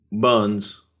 Buns